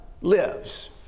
lives